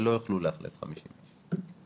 חבל על הזמן.